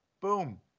Boom